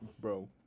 Bro